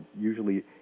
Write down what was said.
usually